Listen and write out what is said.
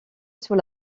sous